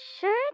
sure